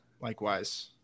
Likewise